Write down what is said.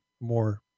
more